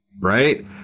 right